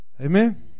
Amen